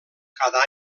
cada